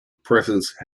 presence